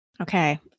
Okay